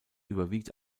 überwiegt